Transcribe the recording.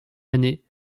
année